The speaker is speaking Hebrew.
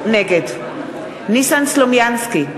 נגד ניסן סלומינסקי,